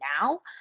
now